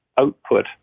output